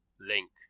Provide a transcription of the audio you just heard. link